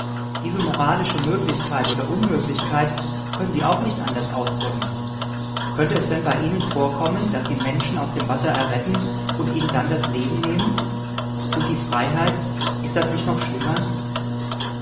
diese moralische möglichkeit oder unmöglichkeit können sie auch nicht anders ausdrücken könnte es denn bei ihnen vorkommen daß sie menschen aus dem wasser erretten und ihnen dann das leben nehmen und die freiheit ist das nicht noch schlimmer